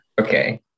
okay